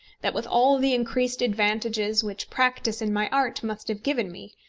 that with all the increased advantages which practice in my art must have given me,